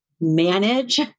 manage